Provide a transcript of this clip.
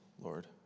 Lord